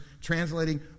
translating